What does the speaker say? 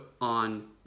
on